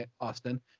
Austin